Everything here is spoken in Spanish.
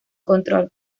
control